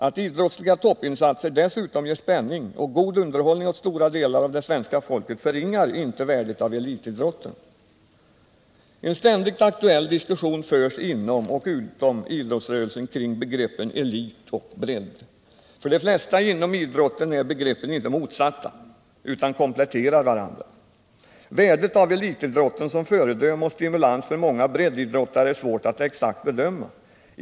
Att idrottsliga toppinsatser dessutom ger spänning och god underhållning åt stora delar av det svenska folket förringar inte värdet av elitidrotten. En ständigt aktuell diskussion förs inom och utom idrottsrörelsen kring begreppet elit och bredd. För de flesta inom idrotten är begreppen inte motsatta utan kompletterar varandra. Värdet av elitidrotten som föredöme och stimulans för många breddidrot tare är svårt att exakt bedöma.